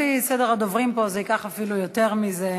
לפי סדר הדוברים פה זה ייקח אפילו יותר מזה,